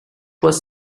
was